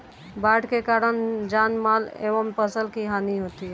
बाढ़ के कारण जानमाल एवं फसल की हानि होती है